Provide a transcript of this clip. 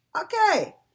Okay